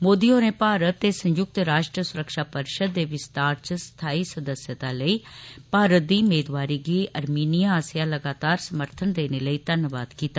मोदी होरें भारत ते संयुक्त राष्ट्र सुरक्षा परिषद दे विस्तार च स्थाई सदस्यता लेई भारत दी मेदवारी गी आर्मीनियां आस्सेआ लगातार समर्थन देने लेई धनवाद कीता